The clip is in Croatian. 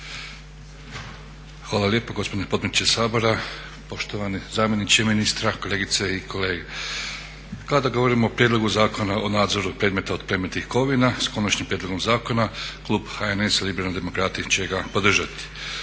Hvala lijepa gospodine potpredsjedniče Sabora, poštovani zamjeniče ministra, kolegice i kolege. Kada govorimo o Prijedlogu zakona o nadzoru predmeta od plemenitih kovina s konačnim prijedlogom zakona klub HNS-a, Liberalni demokrati će ga podržati.